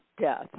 death